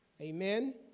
Amen